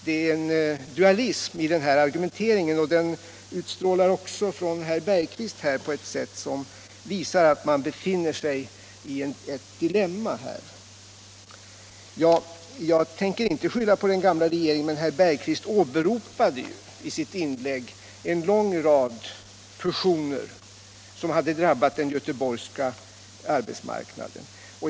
Det finns där en dualism i argumenteringen, och den utstrålar också från herr Bergqvist på ett sätt som visar att man här befinner sig i ett dilemma. Jag tänker inte skylla på den gamla regeringen, men herr Bergqvist åberopade i sitt inlägg en lång rad fusioner som hade drabbat den göteborgska arbetsmarknaden.